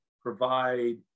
provide